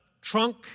trunk